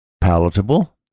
palatable